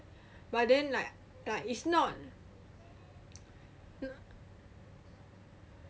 but then like like is not